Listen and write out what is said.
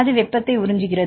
அது வெப்பத்தை உறிஞ்சுகிறது